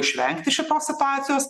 išvengti šitos situacijos